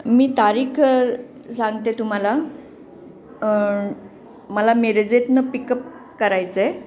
मी तारीख सांगते तुम्हाला मला मिरजेतून पिकअप करायचं आहे